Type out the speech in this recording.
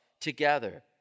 together